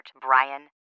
Brian